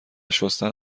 شستن